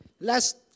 last